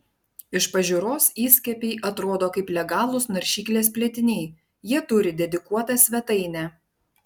iš pažiūros įskiepiai atrodo kaip legalūs naršyklės plėtiniai jie turi dedikuotą svetainę